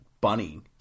bunny